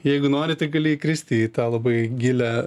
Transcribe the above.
jeigu nori tai gali įkristi į tą labai gilią